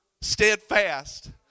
steadfast